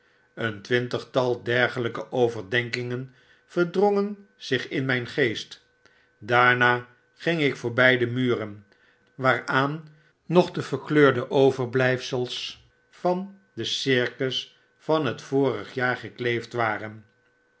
een twintigtal dergeltjke overdenkingen verdrongen zich in mijn geest daarna ging ik voorbij de muren waaraan nog de verkleurde overblyfsels der biljetten van den circus van het vorige jaargekleefd waren